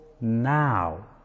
now